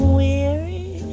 weary